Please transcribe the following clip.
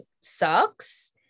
sucks